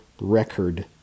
record